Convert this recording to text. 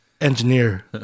Engineer